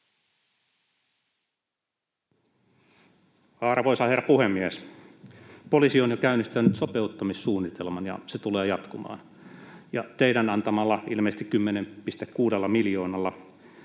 Arvoisa herra puhemies! Poliisi on jo käynnistänyt sopeuttamissuunnitelman, ja se tulee jatkumaan. Teidän antamallanne ilmeisesti 10,6 miljoonalla